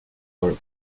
for